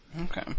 Okay